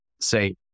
say